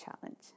challenge